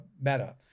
Meta